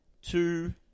Two